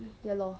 ya lor